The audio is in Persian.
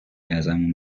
ازمون